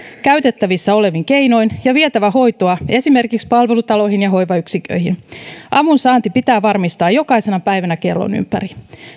käytettävissä olevin keinoin ja vietävä hoitoa esimerkiksi palvelutaloihin ja hoivayksiköihin avunsaanti pitää varmistaa jokaisena päivänä kellon ympäri